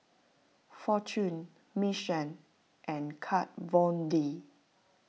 fortune Mission and Kat Von D